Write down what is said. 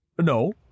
No